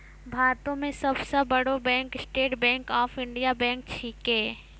भारतो मे सब सं बड़ो bank state bank of India छिकै